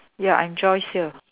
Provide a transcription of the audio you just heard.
ya I'm Joyce here